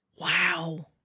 Wow